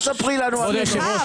אל תספרי לנו אגדות.